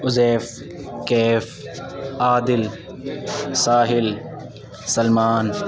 Azif Kaif Adil Sahil Salman